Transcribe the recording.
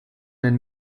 and